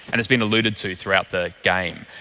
and it's been alluded to throughout the game.